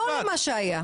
לא מה שהיה.